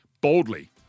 boldly